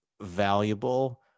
valuable